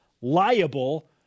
liable